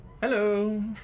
Hello